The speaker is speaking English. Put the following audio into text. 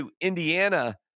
Indiana